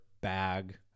Bag